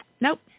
nope